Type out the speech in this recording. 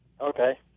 Okay